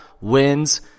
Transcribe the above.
wins